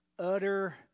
Utter